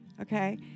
okay